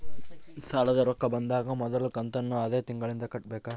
ಸಾಲದ ರೊಕ್ಕ ಬಂದಾಗ ಮೊದಲ ಕಂತನ್ನು ಅದೇ ತಿಂಗಳಿಂದ ಕಟ್ಟಬೇಕಾ?